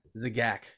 Zagak